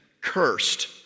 cursed